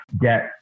get